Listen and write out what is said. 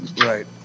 Right